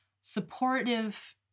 supportive